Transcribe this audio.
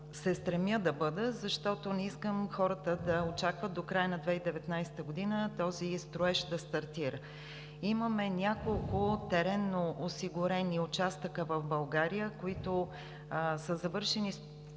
се стремя да бъда, защото не искам хората да очакват до края на 2019 г. този строеж да стартира. Имаме няколко теренно осигурени участъка в България, при които са завършени